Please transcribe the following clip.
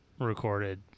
recorded